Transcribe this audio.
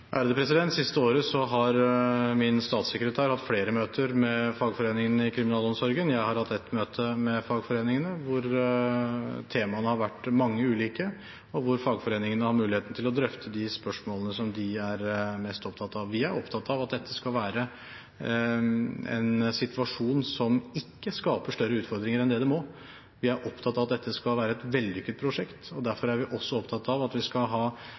siste året har min statssekretær hatt flere møter med fagforeningene i kriminalomsorgen. Jeg har hatt ett møte med fagforeningene hvor temaene har vært mange og ulike, og hvor fagforeningene har hatt muligheten til å drøfte de spørsmålene som de er mest opptatt av. Vi er opptatt av at dette skal være en situasjon som ikke skaper større utfordringer enn det det må. Vi er opptatt av at dette skal være et vellykket prosjekt, og derfor er vi også opptatt av at vi skal ha